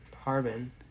Harbin